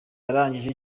yarangije